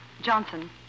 Johnson